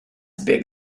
big